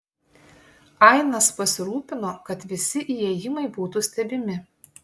ainas pasirūpino kad visi įėjimai būtų stebimi